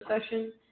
session